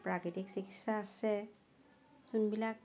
প্ৰাকৃতিক চিকিৎসা আছে যোনবিলাক